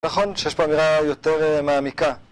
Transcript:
נכון, שיש פה אמירה יותר מעמיקה